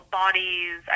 bodies